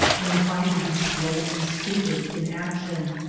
and inclined to be slow and stupid in action.